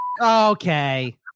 okay